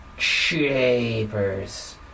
Shapers